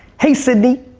hey, sydney.